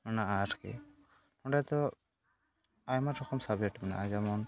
ᱢᱮᱱᱟᱜᱼᱟ ᱟᱨᱠᱤ ᱚᱸᱰᱮᱫᱚ ᱟᱭᱢᱟ ᱨᱚᱠᱚᱢ ᱥᱟᱵᱽᱡᱮᱠᱴ ᱢᱮᱱᱟᱜᱼᱟ ᱡᱮᱢᱚᱱ